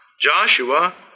Joshua